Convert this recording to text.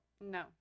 No